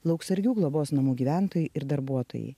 lauksargių globos namų gyventojai ir darbuotojai